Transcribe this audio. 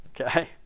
Okay